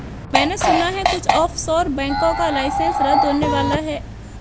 मैने सुना है कुछ ऑफशोर बैंकों का लाइसेंस रद्द होने वाला है